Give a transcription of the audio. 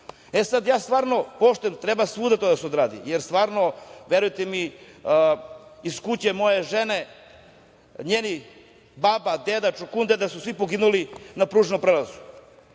sad, ja stvarno poštujem, treba svuda to da se odradi jer stvarno, verujte mi, iz kuće moje žene njeni baba, deda, čukundeda su svi poginuli na pružnom prelazu.